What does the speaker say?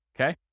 okay